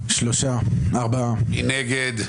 מי נגד?